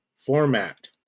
format